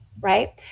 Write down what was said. right